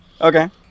Okay